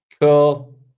Cool